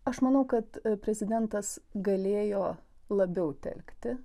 aš manau kad prezidentas galėjo labiau telkti